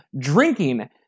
drinking